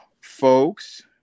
folks